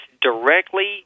directly